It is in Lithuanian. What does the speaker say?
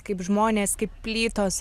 kaip žmonės kaip plytos